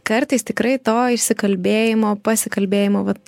kartais tikrai to išsikalbėjimo pasikalbėjimo vat